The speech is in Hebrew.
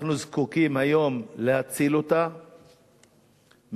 אנחנו זקוקים היום להציל אותה מקריסה.